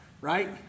Right